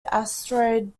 asteroid